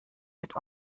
mit